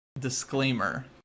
disclaimer